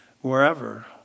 wherever